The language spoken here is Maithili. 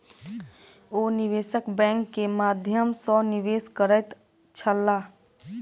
ओ निवेशक बैंक के माध्यम सॅ निवेश करैत छलाह